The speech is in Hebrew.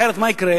אחרת מה יקרה?